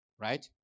Right